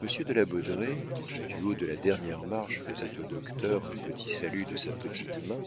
monsieur de la baudraye qui du haut de la dernière marche faisait au docteur un petit salut de sa petite main